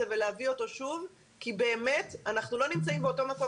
ולהביא אותו שוב כי באמת אנחנו ולא נמצאים באותו מקום